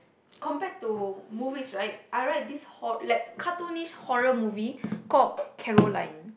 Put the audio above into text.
compared to movies right I like this hor~ horror like cartoonist horror movie called Caroline